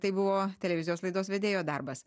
tai buvo televizijos laidos vedėjo darbas